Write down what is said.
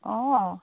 অঁ